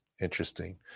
interesting